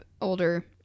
older